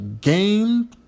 Game